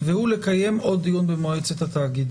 והוא לקיים עוד דיון במועצת התאגיד.